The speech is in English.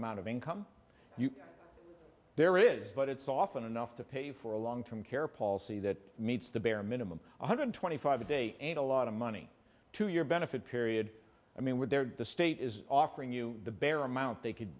amount of income there is but it's often enough to pay for a long term care policy that meets the bare minimum one hundred twenty five a day and a lot of money to your benefit period i mean with their the state is offering you the bare amount they could